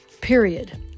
period